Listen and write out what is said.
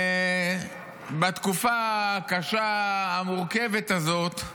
בתקופה הקשה, המורכבת הזאת,